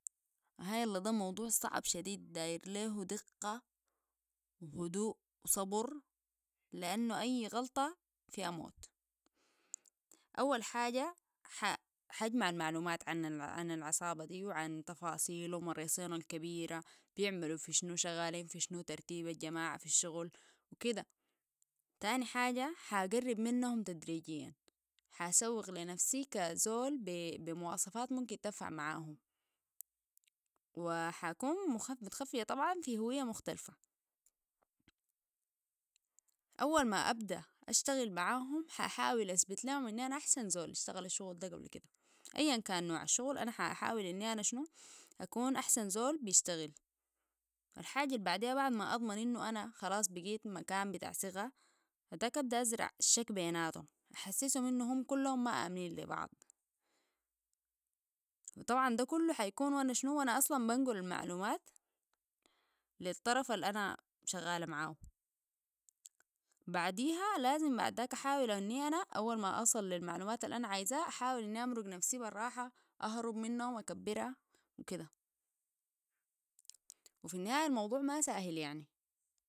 اه يلاه ده الموضوع صعب شديد داير ليهو دقة و هدوء و صبر لأنو أي غلطة فيها موت أولاً حاجه ح اجمع المعلومات عن العصابة و عن تفاصيل والرسين كبيرة و بيعملو في شنو وشغالين في شنو و ترتيب الجماعة في الشغل و كدا تاني حاجه حقرب منهم تدريجياً ح أسوق لنفسي كزول بمواصفات ممكن تنفع معهم وحكون متخفية طبعاً في هوية مختلفة اول ما ابدا اشتغل معاهم ح احاول اثبت ليهم اني انا احسن زول اشتغل الشغل ده قبل كده اين كان نوع الشغل انا ح احاول اني انا شنو اكون احسن زول بشتغل الحاجه البعديها بعد ما اضمن انو انا خلاص بقيت مكان بتاع ثقه بعداك ابدا ازرع الشك بيناتم احسسم انهم كلهم مامنين لبعض طبعا دا كلو حيكون وانا شنو وانا اصلا بنقل المعومات لي الطرف الانا شغاله معاهو بعديها لازم بعد ذاك احاول اني انا اول ما اصل للمعلومات اللي انا عايزها احاول اني امرق نفسي بالراحة اهرب منهم اكبره وكده في النهايه الموضوع ما ساهل يعني